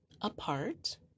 apart